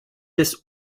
des